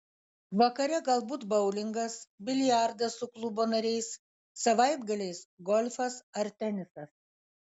vakare galbūt boulingas biliardas su klubo nariais savaitgaliais golfas ar tenisas